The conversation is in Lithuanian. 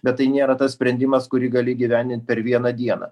bet tai nėra tas sprendimas kurį gali įgyvendint per vieną dieną